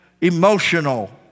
emotional